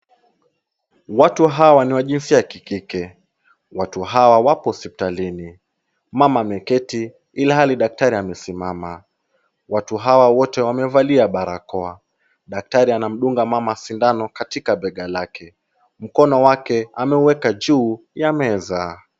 Watu hawa ni wa jinsi ya kikike. Watu hawa wako hospitalini. Mama ameketi ilihali daktari amesimama. Watu hawa wote wamevalia barakoa. Daktari anamudunga mama sindano katika bega lake. Mkono wake ameweka juu ya meza.